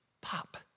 pop